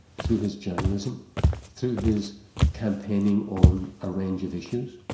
through his journalism through his campaigning on a range of issues,